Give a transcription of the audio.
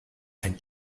ein